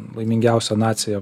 laimingiausia nacija